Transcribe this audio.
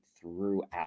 throughout